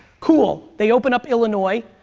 cool they open up illinois,